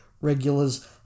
regulars